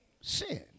sin